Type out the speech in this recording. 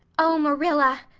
oh, marilla,